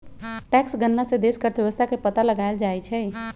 tax गणना से देश के अर्थव्यवस्था के पता लगाएल जाई छई